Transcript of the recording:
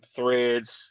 Threads